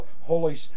Holy